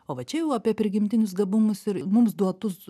o va čia jau apie prigimtinius gabumus ir mums duotus